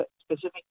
specific